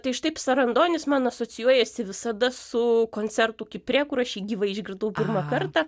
tai štai psarandonis man asocijuojasi visada su koncertu kipre kur aš jį gyvai išgirdau pirmą kartą